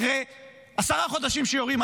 אחרי עשרה חודשים שהחות'ים